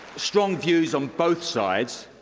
strong views on both sides.